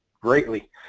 greatly